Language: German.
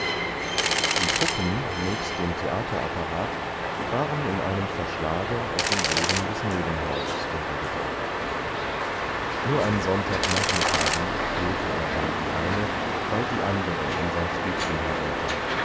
die puppen nebst dem theater apparat waren in einem verschlage auf dem boden des nebenhauses untergebracht nur an sonntagnachmittagen holte er bald die eine bald die andere in sein stübchen herunter